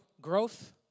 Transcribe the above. growth